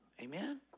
Amen